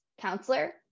counselor